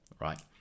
right